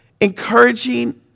encouraging